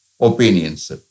opinions